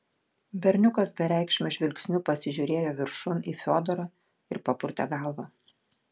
berniukas bereikšmiu žvilgsniu pasižiūrėjo viršun į fiodorą ir papurtė galvą